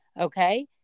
okay